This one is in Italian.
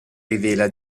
rivela